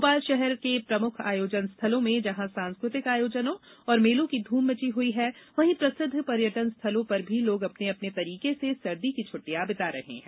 भोपाल शहर के प्रमुख आयोजनों स्थलों में जहां सांस्कृतिक आयोजनों और मेलों की धूम मची हुई है वहीं प्रसिद्ध पर्यटन स्थलों पर भी लोग अपने अपने तरिके से सर्दी की छटिटयां बिता रहे हैं